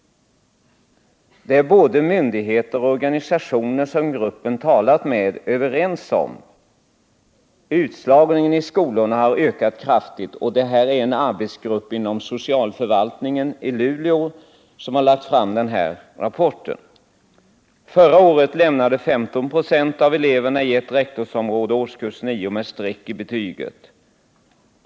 —-- Det är både myndigheter och organisationer som gruppen talat med överens om. Utslagningen i skolorna har ökat kraftigt.” Det är en arbetsgrupp inom socialförvaltningen i Luleå som har lagt fram denna rapport. Förra året lämnade 15 96 av eleverna i ett rektorsområde årskurs 9 med streck i betyg.